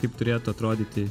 kaip turėtų atrodyti